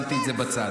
שמתי את זה בצד.